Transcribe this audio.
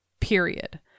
period